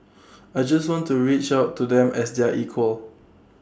I just want to reach out to them as their equal